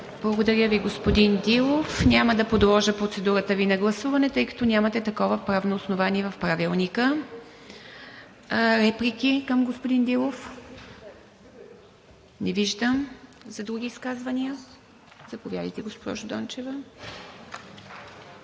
Благодаря Ви, господин Дилов. Няма да подложа процедурата Ви на гласуване, тъй като нямате такова правно основание в Правилника. Реплики към господин Дилов? Не виждам. Други изказвания? Заповядайте, госпожо Дончева.